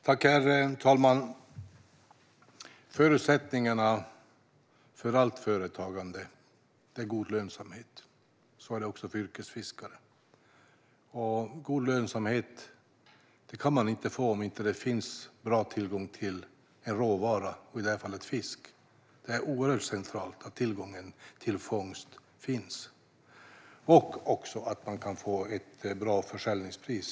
Herr talman! Förutsättningarna för allt företagande är god lönsamhet. Så är det också för yrkesfiskare. God lönsamhet kan man inte få om det inte finns tillgång till en råvara, i det här fallet fisk. Det är oerhört centralt att tillgången till fångst finns och att man också kan få ett bra försäljningspris.